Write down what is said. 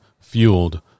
fueled